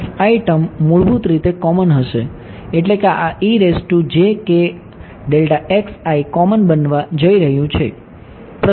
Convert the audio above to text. તેથી આ ટર્મ મૂળભૂત રીતે કોમન હશે એટલે કે આ કોમન બનવા જઈ રહ્યું છે